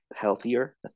healthier